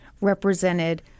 represented